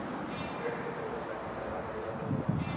भेंड़ के भोजन लगी चारा के जरूरत होवऽ हइ